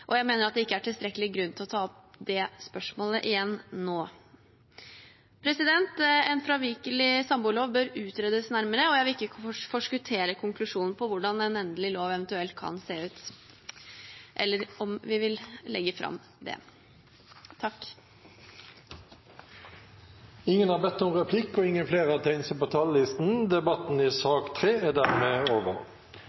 og jeg mener at det ikke er tilstrekkelig grunn til å ta opp det spørsmålet igjen nå. En fravikelig samboerlov bør utredes nærmere, og jeg vil ikke forskuttere konklusjonen på hvordan en endelig lov eventuelt kan se ut, eller om vi vil legge det fram. Flere har ikke bedt om ordet til sak nr. 3. For meg ble julas sterkeste leseopplevelse en artikkelserie i